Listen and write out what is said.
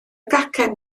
gacen